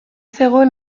zegoen